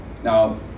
Now